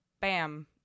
bam